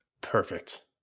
Perfect